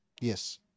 Yes